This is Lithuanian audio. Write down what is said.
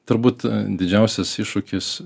turbūt didžiausias iššūkis